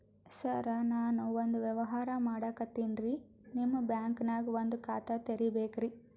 ಸರ ನಾನು ಒಂದು ವ್ಯವಹಾರ ಮಾಡಕತಿನ್ರಿ, ನಿಮ್ ಬ್ಯಾಂಕನಗ ಒಂದು ಖಾತ ತೆರಿಬೇಕ್ರಿ?